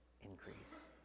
increase